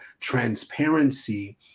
transparency